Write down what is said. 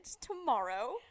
tomorrow